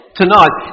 tonight